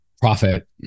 profit